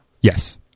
Yes